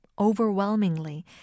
overwhelmingly